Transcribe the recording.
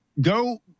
go